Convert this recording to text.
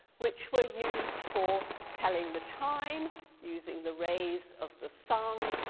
which were used for telling the time using the rays of the sun,